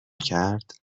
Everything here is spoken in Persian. کرد